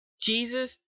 Jesus